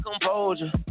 composure